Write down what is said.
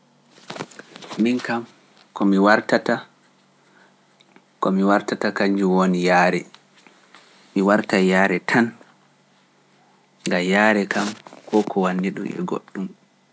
Minkam ko mi wartata kanjun woni yare. mi wartai yare tan, gam yare kam ko ko wanni dun e goddum.